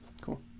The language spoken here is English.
Cool